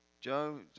Joe